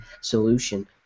solution